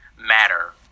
matter